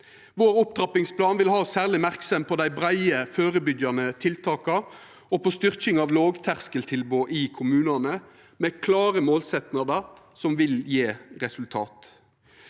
Vår opptrappingsplan vil ha særleg merksemd på dei breie, førebyggjande tiltaka og på styrking av lågterskeltilbod i kommunane, med klåre målsetjingar som vil gje resultat.